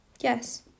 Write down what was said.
Yes